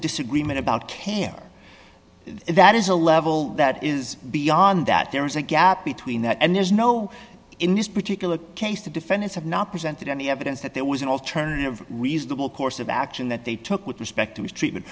disagreement about care that is a level that is beyond that there is a gap between that and there's no in this particular case the defendants have not presented any evidence that there was an alternative reasonable course of action that they took with respect to his treatment